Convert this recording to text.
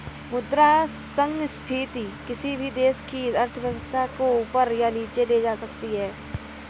मुद्रा संस्फिति किसी भी देश की अर्थव्यवस्था को ऊपर या नीचे ले जा सकती है